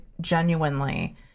genuinely